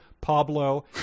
Pablo